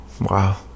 wow